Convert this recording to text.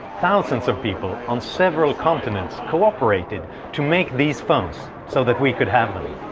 thousands of people, on several continents, cooperated to make these phones, so that we could have them.